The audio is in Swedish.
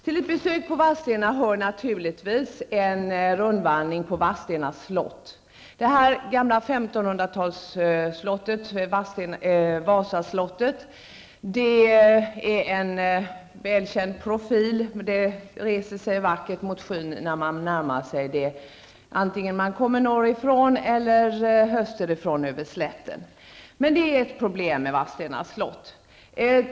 Till ett besök i Vadstena hör naturligtvis en rundvandring på Vadstena slott. Det gamla 1500 talsslottet, ett Vasaslott, är en välkänd profil. Det reser sig vackert mot skyn när man närmar sig det, antingen man kommer norrifrån eller österifrån över slätten. Men det är ett problem med Vadstena slott.